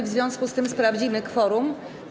W związku z tym sprawdzimy kworum.